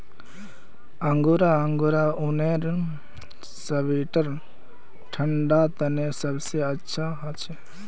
angora angora ऊनेर sweater ठंडा तने सबसे अच्छा हछे